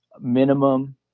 minimum